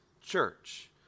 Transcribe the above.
church